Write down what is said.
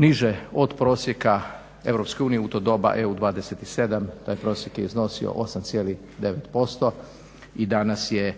niže od prosjeka EU u to doba EU 27. Taj prosjek je iznosio 8,9% i danas je